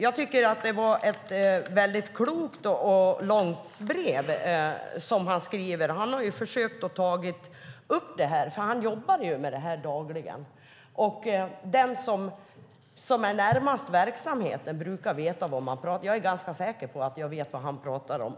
Jag tycker att det är ett väldigt klokt och långt brev han skrivit. Han har försökt ta upp det här, för han jobbar med det dagligen. Den som är närmast verksamheten brukar veta vad han pratar om. Jag är ganska säker på att jag vet vad han pratar om.